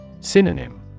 Synonym